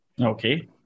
Okay